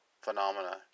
phenomena